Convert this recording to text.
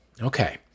okay